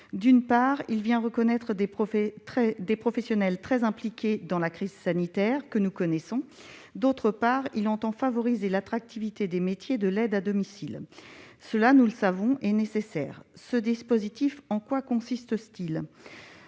D'une part, il vient reconnaître des professionnels très impliqués dans la crise sanitaire que nous connaissons, d'autre part, il entend favoriser l'attractivité des métiers de l'aide à domicile. Cela, nous le savons, est nécessaire. Ce dispositif consiste